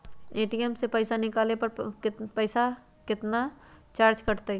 ATM से पईसा निकाले पर पईसा केतना चार्ज कटतई?